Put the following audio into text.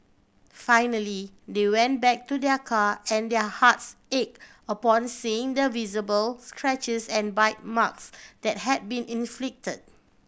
finally they went back to their car and their hearts ache upon seeing the visible scratches and bite marks that had been inflict